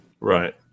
Right